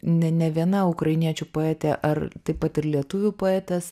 ne ne viena ukrainiečių poetė ar taip pat ir lietuvių poetės